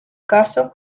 caso